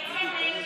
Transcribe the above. של קבוצת סיעת ימינה